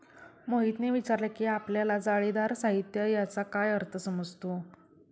मोहितने विचारले की आपल्याला जाळीदार साहित्य याचा काय अर्थ समजतो?